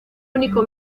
único